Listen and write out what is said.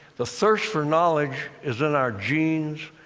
the search for knowledge is in our genes.